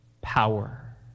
power